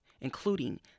including